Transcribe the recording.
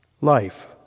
Life